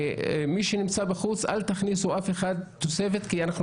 מי שנמצא בחוץ אל תכניסו אף אחד תוספת כי אנחנו